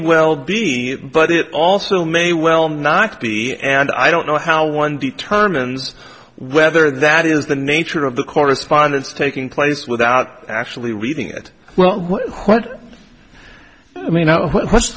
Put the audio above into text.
well be but it also may well not be and i don't know how one determines whether that is the nature of the correspondence taking place without actually reading it well what i mean